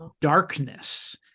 darkness